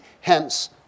Hence